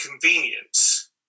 convenience